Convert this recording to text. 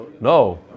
No